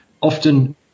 often